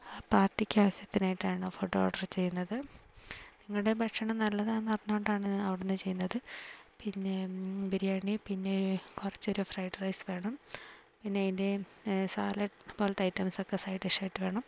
ആ പാർട്ടിക്ക് ആവിശ്യത്തിനായിട്ടാണ് ഫുഡ് ഓർഡർ ചെയ്യുന്നത് നിങ്ങളുടെ ഭക്ഷണം നല്ലതാണെന്ന് അറിഞ്ഞതുകൊണ്ടാണ് അവിടെ നിന്ന് ചെയ്യുന്നത് പിന്നെ ബിരിയാണി പിന്നെ കുറച്ച് ഒരു ഫ്രൈഡ് റൈസ് വേണം പിന്നെ അതിന്റെ സാലഡ് പോലത്തെ ഐറ്റംസൊക്കെ സൈഡ് ഡിഷായിട്ട് വേണം